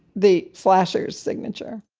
the slasher's signature